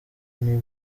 new